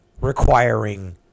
requiring